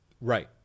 right